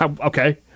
Okay